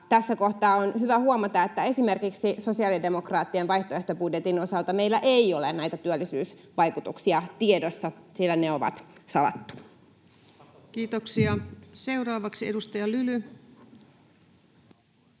Tässä kohtaa on hyvä huomata, että esimerkiksi sosiaalidemokraattien vaihtoehtobudjetin osalta meillä ei ole näitä työllisyysvaikutuksia tiedossa, sillä ne on salattu. [Speech 88] Speaker: